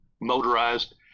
motorized